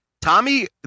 Tommy